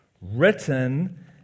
written